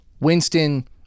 Winston